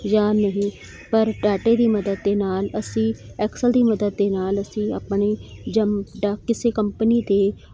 ਜਾਂ ਨਹੀਂ ਪਰ ਡਾਟੇ ਦੀ ਮਦਦ ਦੇ ਨਾਲ਼ ਅਸੀਂ ਐਕਸਲ ਦੀ ਮਦਦ ਦੇ ਨਾਲ ਅਸੀਂ ਆਪਣੇ ਜਮ ਡਾ ਕਿਸੇ ਕੰਪਨੀ ਦੇ